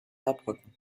saarbrücken